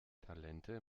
talente